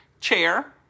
chair